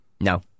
No